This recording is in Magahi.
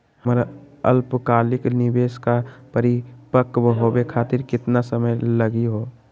हमर अल्पकालिक निवेस क परिपक्व होवे खातिर केतना समय लगही हो?